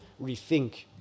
rethink